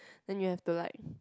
then you have to like